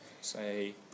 say